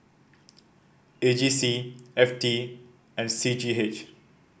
A G C F T and C G H